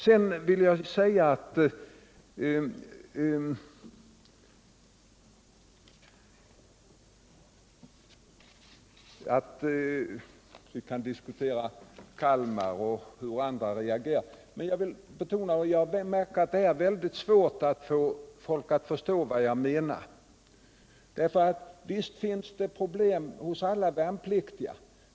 Sedan kan vi ju diskutera Kalmar och hänsyn till värnpliktigas intressen. Men jag märker att det är svårt att få folk att förstå vad jag menar. Visst finns det problem för alla värnpliktiga.